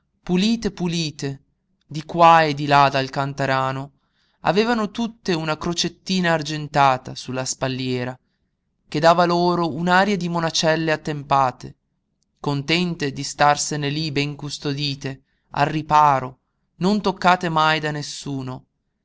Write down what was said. pulite pulite di qua e di là dal canterano avevano tutte una crocettina argentata sulla spalliera che dava loro un'aria di monacelle attempate contente di starsene lí ben custodite al riparo non toccate mai da nessuno